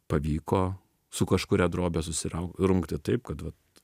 pavyko su kažkuria drobe susirau rungti taip kad vat